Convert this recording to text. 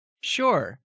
Sure